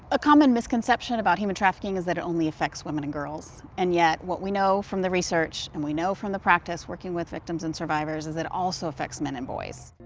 a common misconception about human trafficking is that it only affects women and girls. and yet, what we know from the research and we know from the practice working with victims and survivors is it also affects men and boys.